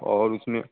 और उसमें